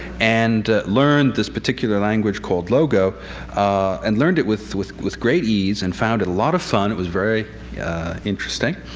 and learned this particular language called logo and learned it with with great ease and found it a lot of fun, it was very interesting.